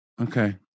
Okay